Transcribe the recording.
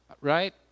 right